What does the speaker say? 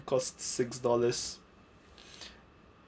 cost six dollars